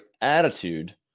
attitude